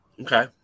Okay